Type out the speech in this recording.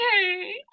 Okay